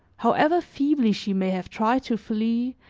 however feebly she may have tried to flee,